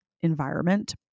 environment